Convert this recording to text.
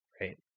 Right